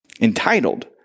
entitled